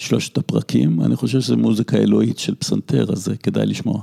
שלושת הפרקים, אני חושב שזו מוזיקה אלוהית של פסנתר הזה, כדאי לשמוע.